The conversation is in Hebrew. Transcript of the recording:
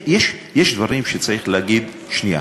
יש דברים שצריך להגיד, שנייה,